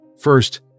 First